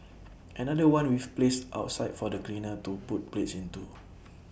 another one we've placed outside for the cleaner to put plates into